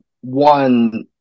one